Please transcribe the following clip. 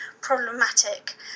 problematic